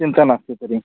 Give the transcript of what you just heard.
चिन्ता नास्ति तर्हि